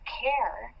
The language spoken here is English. care